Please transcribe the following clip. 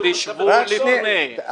אולי יצא משהו יותר טוב.